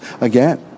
again